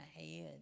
ahead